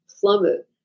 plummet